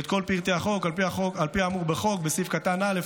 כל פרטי החוק: על אף האמור בסעיף (א),